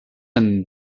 and